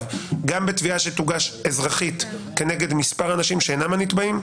גם בתביעה שתוגש אזרחית נגד מספר אנשים שאינם הנתבעים?